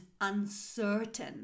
uncertain